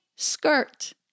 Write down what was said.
skirt